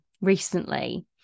recently